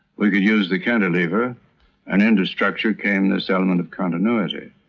we could use the cantilever and into structure came this element of continuity.